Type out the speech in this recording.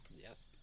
Yes